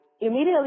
immediately